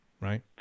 right